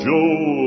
Joe